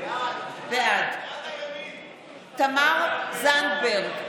בעד תמר זנדברג,